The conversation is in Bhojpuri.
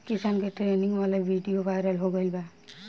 किसान के ट्रेनिंग वाला विडीओ वायरल हो गईल बा